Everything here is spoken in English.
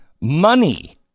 Money